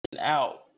out